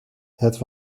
het